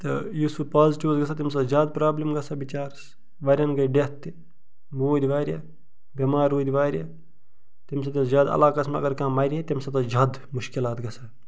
تہٕ یُس سُہ پازٹیوٗ اوس گژھن تٔمس ٲس زیادٕ پرابلم گژھان بِچارس وارِیاہن گٔے ڈیتھ تہِ موٗدۍ وارِیاہ بیٚمار روٗد وارِیاہ تمہِ سۭتۍ ٲس زیادٕ علاقس منٛز اگر کانہہ مرِہا تمہِ سۭتۍ ٲس زیادٕ مشکِلات گژھان